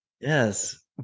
Yes